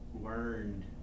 learned